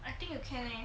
I think you can